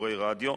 לשידורי רדיו,